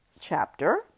chapter